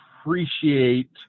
appreciate